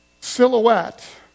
silhouette